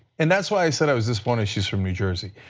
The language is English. and that is why said i was disappointed she's from new jersey.